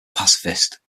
pacifist